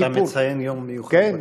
אתה מציין יום מיוחד בכנסת.